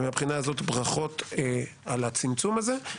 ומהבחינה הזאת, ברכות על הצמצום הזה.